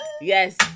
Yes